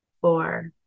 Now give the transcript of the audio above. four